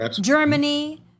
Germany